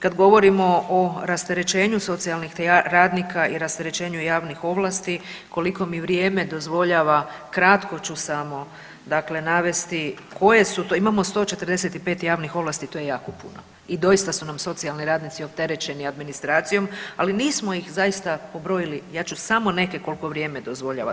Kad govorimo o rasterećenju socijalnih radnika i rasterećenju javnih ovlasti koliko mi vrijeme dozvoljava kratko ću samo dakle navesti koje su to, imamo 145 javnih ovlasti, to je jako puno i doista su nam socijalni radnici opterećeni administracijom, ali nismo ih zaista pobrojili, ja ću samo neke koliko vrijeme dozvoljava.